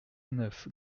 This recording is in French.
neuf